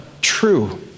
true